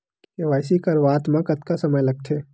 KYC करवात म कतका समय लगथे?